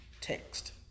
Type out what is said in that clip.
text